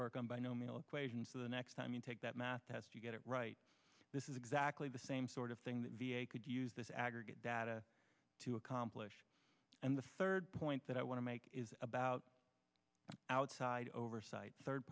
work on binomial equations the next time you take that math test to get it right this is exactly the same sort of thing the v a could use this aggregate data to accomplish and the third point that i want to make is about outside oversight third